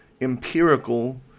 empirical